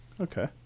Okay